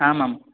आमाम्